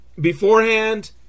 beforehand